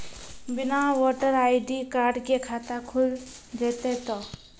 बिना voter ID card के खाता खुल जैते तो?